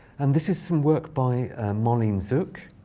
and this is some work by marlene zuk